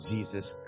Jesus